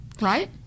right